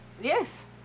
Yes